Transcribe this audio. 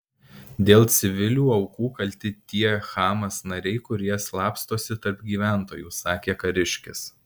dėl civilių aukų kalti tie hamas nariai kurie slapstosi tarp gyventojų sakė kariškis